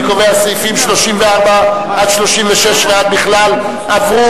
אני קובע: סעיפים 34 36 ועד בכלל עברו,